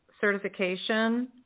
certification